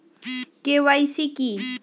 KYC কি?